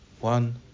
one